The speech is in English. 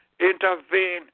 intervene